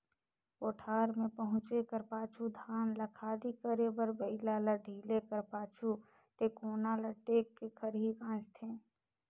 कोठार मे पहुचे कर पाछू धान ल खाली करे बर बइला ल ढिले कर पाछु, टेकोना ल टेक के खरही गाजथे